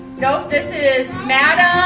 nope, this is madame